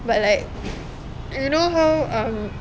but like you know how um